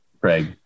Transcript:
Craig